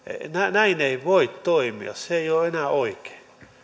näin ei voi toimia se ei ole enää oikein